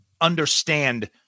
understand